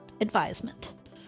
advisement